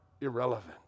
irrelevant